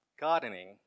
gardening